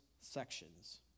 sections